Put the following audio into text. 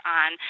on